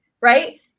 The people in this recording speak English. right